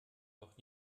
doch